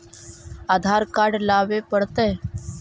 आधार card लाबे पड़तै?